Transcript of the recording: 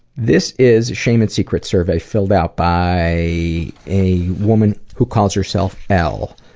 this is a shame and secrets survey filled out by a a woman who calls herself elle.